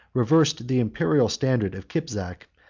reversed the imperial standard of kipzak,